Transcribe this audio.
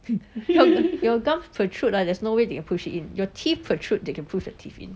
your your gum protrude ah there is no way theu can push it in your teeth protrude they can push your teeth in